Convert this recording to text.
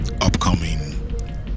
upcoming